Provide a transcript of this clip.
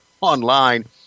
online